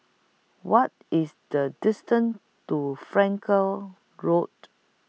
What IS The distance to Frankel Road